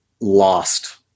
lost